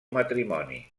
matrimoni